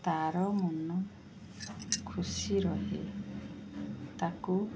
ତାର ମନ ଖୁସି ରୁହେ ତାକୁ